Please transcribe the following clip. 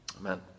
Amen